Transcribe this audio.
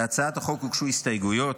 להצעת החוק הוגשו הסתייגויות.